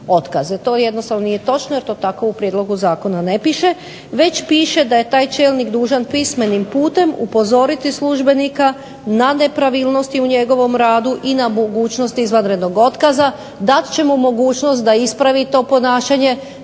To jednostavno nije točno jer to tako u prijedlogu zakona ne piše već piše da je taj čelnik dužan pismenim putem upozoriti službenika na nepravilnosti u njegovom radu i na mogućnost izvanrednog otkaza, dat će mu mogućnost da ispravi to ponašanje,